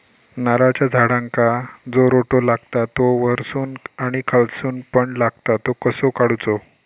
नारळाच्या झाडांका जो रोटो लागता तो वर्सून आणि खालसून पण लागता तो कसो काडूचो?